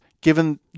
given